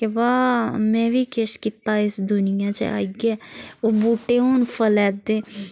के वाह् मै बी किश कीता इस दुनिया च आइयै ओह् बूहटे हून फला दे